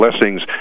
blessings